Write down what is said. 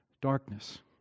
darkness